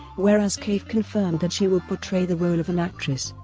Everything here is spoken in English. whereas kaif confirmed that she will portray the role of an actress.